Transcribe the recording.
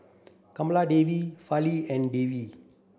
Kamaladevi Fali and Devi